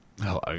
Hello